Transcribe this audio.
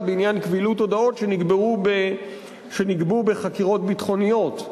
בעניין קבילות הודאות שנגבו בחקירות ביטחוניות.